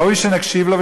ראוי שנקשיב לו,